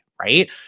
Right